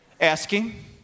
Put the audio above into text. Asking